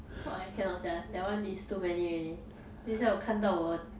!wah! I cannot sia that one is too many already 等一下我看到我